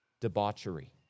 Debauchery